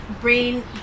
brain